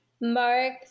mark